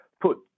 put